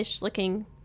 looking